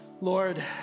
Lord